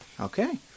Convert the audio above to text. okay